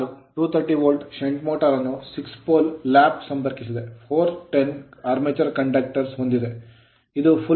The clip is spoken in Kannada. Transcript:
230 volt shunt motor shunt motor ಅನ್ನು 6 pole ಪೋಲ್ lap ಲ್ಯಾಪ್ ಸಂಪರ್ಕಿಸಿದೆ 410 armature conductors ಆರ್ಮೆಚರ್ ಕಂಡಕ್ಟರ್ ಗಳನ್ನು ಹೊಂದಿದೆ